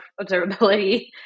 observability